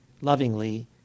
lovingly